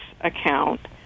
account